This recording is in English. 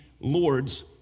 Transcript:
Lord's